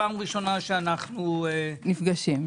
פעם ראשונה שאנו נפגשים.